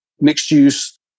mixed-use